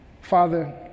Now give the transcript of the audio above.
Father